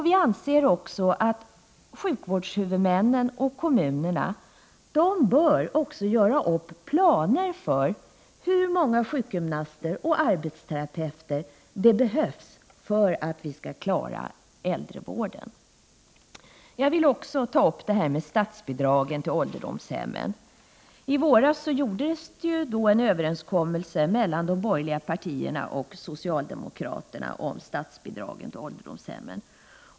Vi anser också att sjukvårdshuvudmännen och kommunerna bör göra upp planer för hur många sjukgymnaster och arbetsterapeuter det behövs för att vi skall klara äldrevården. Jag vill också ta upp frågan om statsbidrag till ålderdomshemmen. I våras gjordes en överenskommelse mellan de borgerliga partierna och socialdemokraterna om statsbidrag till ålderdomshemmen.